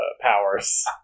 powers